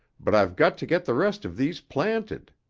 but i've got to get the rest of these planted.